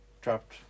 dropped